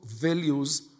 values